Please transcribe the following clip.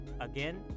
again